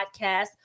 podcast